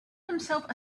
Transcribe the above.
himself